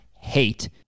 hate